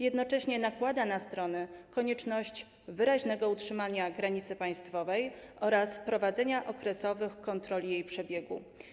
Jednocześnie nakłada na strony konieczność wyraźnego utrzymania granicy państwowej oraz wprowadzenia okresowych kontroli jej przebiegu.